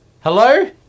Hello